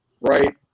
Right